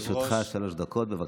לרשותך שלוש דקות, בבקשה.